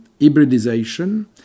hybridization